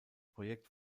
projekt